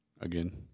Again